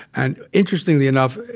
and interestingly enough,